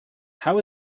how